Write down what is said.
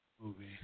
movie